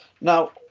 Now